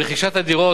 רכישת הדירות,